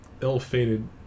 ill-fated